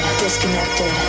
disconnected